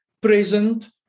present